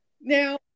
Now